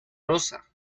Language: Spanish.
rosa